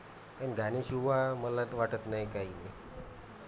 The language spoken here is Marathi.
आणि गाणे शिवाय मला तर वाटत नाही काही